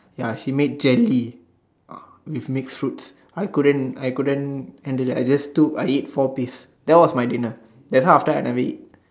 ya she made jelly uh with mixed fruits I couldn't I couldn't handle that I just took I eat four piece that was my dinner that's why after that I never eat